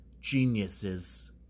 geniuses